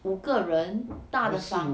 五个人大的房